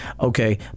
Okay